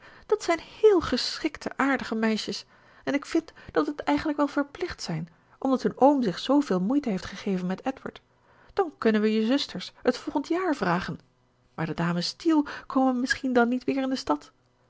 dat zijn heel geschikte aardige meisjes en ik vind dat we t eigenlijk wel verplicht zijn omdat hun oom zich zooveel moeite heeft gegeven met edward dan kunnen we je zusters t volgend jaar vragen maar de dames steele komen misschien dan niet weer in de stad